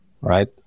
right